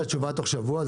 ביקשת תשובה תוך שבוע,